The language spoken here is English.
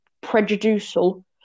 prejudicial